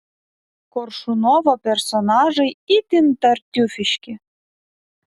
koršunovo personažai itin tartiufiški